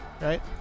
right